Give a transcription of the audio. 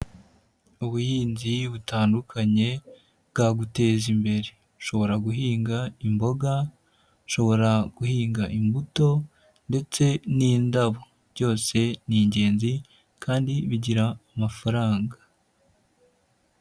Ubuhinzi butandukanye bwaguteza imbere, nshobora guhinga imboga, nshobora guhinga imbuto ndetse n'indabo, byose ni ingenzi kandi bigira amafaranga.